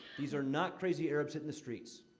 these are not crazy arabs hitting the streets.